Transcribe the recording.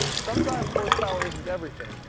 sometimes horsepower isn't everything.